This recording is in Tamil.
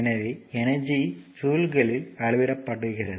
எனவே எனர்ஜி ஜூல்களில் அளவிடப்படுகிறது